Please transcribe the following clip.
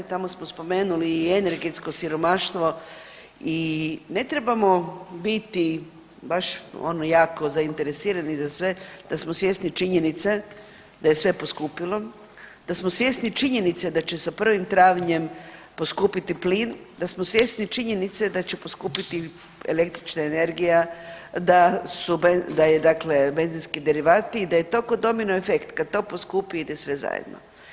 Tamo smo spomenuli i energetsko siromaštvo i ne trebamo biti baš ono jako zainteresirani za sve da smo svjesni činjenice da je sve poskupilo, da smo svjesni činjenice da će sa 1. travnjem poskupiti plin, da smo svjesni činjenice da će poskupiti električna energija, da je dakle benzinski derivati i da je to ko domino efekt, kad to poskupi ide sve zajedno.